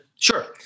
Sure